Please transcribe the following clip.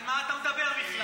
על מה אתה מדבר בכלל?